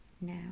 now